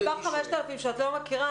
המספר 5,000 שאת לא מכירה,